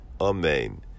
Amen